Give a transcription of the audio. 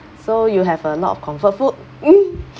so you have a lot of comfort food mm